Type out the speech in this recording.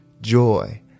joy